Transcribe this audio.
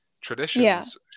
Traditions